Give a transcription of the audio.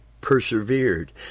persevered